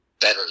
better